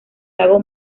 lago